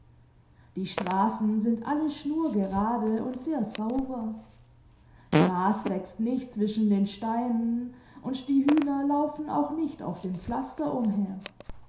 die straßen sind alle schnurgerade und sehr sauber gras wächst nicht zwischen den steinen und die hühner laufen auch nicht auf dem pflaster umher